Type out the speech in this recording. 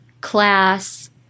class